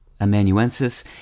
Amanuensis